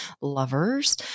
lovers